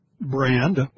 brand